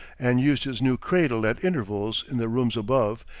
and used his new cradle at intervals in the rooms above,